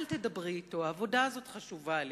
אל תדברי אתו, העבודה הזאת חשובה לי.